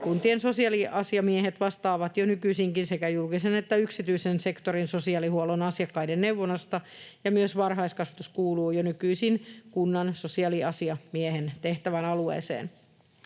Kuntien sosiaaliasiamiehet vastaavat jo nykyisinkin sekä julkisen että yksityisen sektorin sosiaalihuollon asiakkaiden neuvonnasta, ja myös varhaiskasvatus kuuluu jo nykyisin kunnan sosiaaliasiamiehen tehtävän alueeseen.